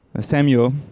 Samuel